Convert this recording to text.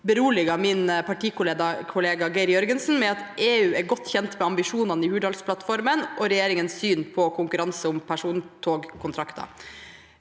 beroliget min partikollega Geir Jørgensen med at EU er godt kjent med ambisjonene i Hurdalsplattformen og regjeringens syn på konkurranse om persontogkontrakter.